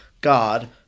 God